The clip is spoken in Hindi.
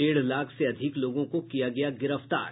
डेढ़ लाख से अधिक लोगों को किया गया गिरफ्तार